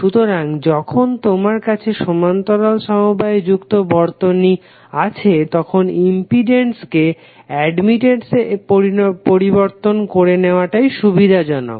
সুতরাং যখন তোমার কাছে সমান্তরাল সমবায়ে যুক্ত বর্তনী আছে তখন ইম্পিডেন্স কে অ্যাডমিটেন্স এ পরিবর্তন করে নেওয়াটাই সুবিধাজনক